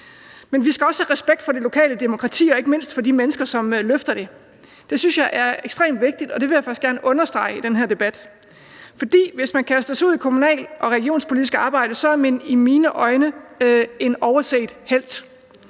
Men vi skal også have respekt for det lokale demokrati og ikke mindst for de mennesker, som løfter det. Det synes jeg er ekstremt vigtigt, og det vil jeg faktisk gerne understrege i den her debat. For hvis man kaster sig ud i kommunal- og regionspolitisk arbejde, er man i mine øjne en overset helt.